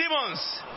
demons